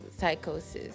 psychosis